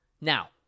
Now